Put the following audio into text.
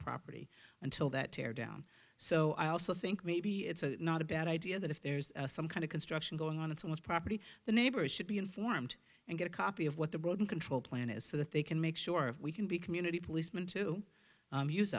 property until that tear down so i also think maybe it's not a bad idea that if there's some kind of construction going on in someone's property the neighbors should be informed and get a copy of what the broad control plan is so that they can make sure we can be community policeman to use us